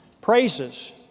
Praises